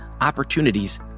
opportunities